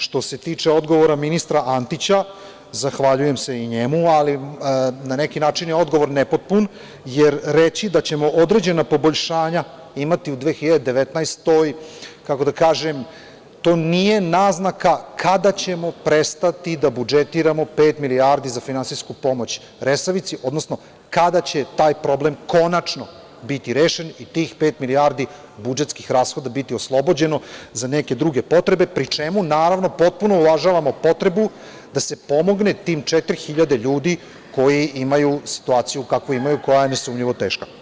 Što se tiče odgovora ministra Antića, zahvaljujem se i njemu, ali, na neki način je odgovor nepotpun, jer reći da ćemo određena poboljšanja imati u 2019. godini, nije naznaka kada ćemo prestati da budžetiramo pet milijardi za finansijsku pomoć „Resavici“, odnosno kada će taj problem konačno biti rešen i tih pet milijardi budžetskih rashoda biti oslobođeno za neke druge potrebe, pri čemu, naravno, potpuno uvažavamo potrebu da se pomogne tim četiri hiljade ljudi koji imaju situaciju kakvu imaju i koja je nesumnjivo teška.